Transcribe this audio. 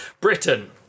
Britain